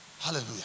Hallelujah